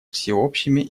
всеобщими